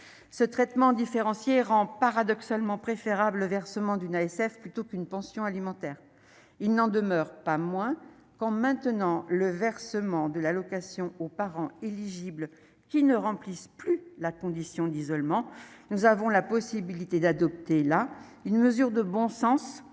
ce traitement différencié rend paradoxalement préférable le versement d'une ASF plutôt qu'une pension alimentaire, il n'en demeure pas moins qu'en maintenant le versement de l'allocation aux parents éligibles qui ne remplissent plus la condition d'isolement, nous avons la possibilité d'adopter la une mesure de bon sens,